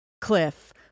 cliff